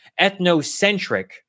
ethnocentric